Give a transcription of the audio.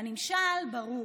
והנמשל ברור.